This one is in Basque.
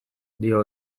dio